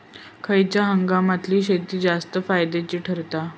खयल्या हंगामातली शेती जास्त फायद्याची ठरता?